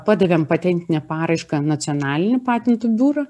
padavėm patentinę paraišką nacionalinių patentų biurą